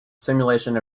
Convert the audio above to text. simulation